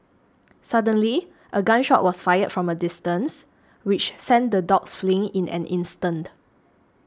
suddenly a gun shot was fired from a distance which sent the dogs fleeing in an instant